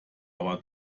aber